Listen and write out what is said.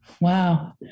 Wow